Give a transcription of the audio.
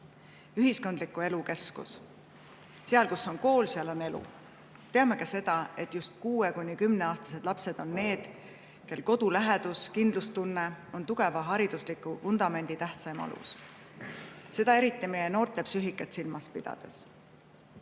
ühiskondliku elu keskus. Seal, kus on kool, seal on elu. Teame ka seda, et just 6–10-aastased lapsed on need, kellel kodu lähedus, kindlustunne on tugeva haridusliku vundamendi tähtsaim alus – seda eriti meie noorte psüühikat silmas pidades. Mina